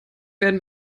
werden